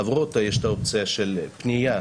עבורו יש את האופציה עם פנייה